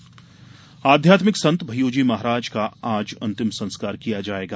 भय्यूजी महाराज आध्यात्मिक संत भय्यू जी महाराज का आज अंतिम संस्कार किया जायेगा